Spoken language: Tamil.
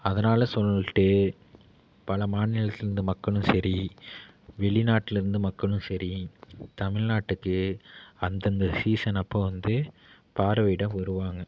அதனால் சொல்லிட்டு பல மாநிலத்திலருந்து மக்களும் சரி வெளிநாட்டிலருந்து மக்களும் சரி தமிழ்நாட்டுக்கு அந்தந்த சீசன் அப்போ வந்து பார்வையிட வருவாங்க